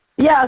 Yes